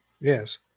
Yes